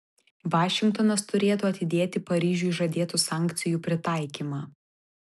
vašingtonas turėtų atidėti paryžiui žadėtų sankcijų pritaikymą